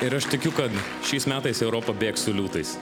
ir aš tikiu kad šiais metais europa bėgs su liūtais